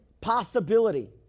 possibility